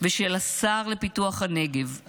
ושל השר לפיתוח הנגב,